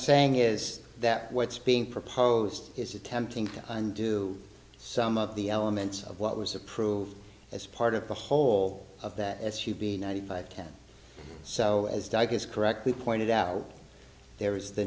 saying is that what's being proposed is attempting to undo some of the elements of what was approved as part of the whole of that s u v ninety five ten so as doug has correctly pointed out there is the